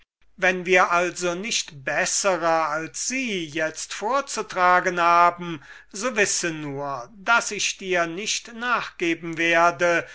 wenn wir also nicht bessere als sie jetzt vorzutragen haben so wisse nur daß ich dir nicht nachgeben werde